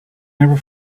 never